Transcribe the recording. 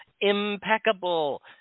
impeccable